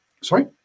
sorry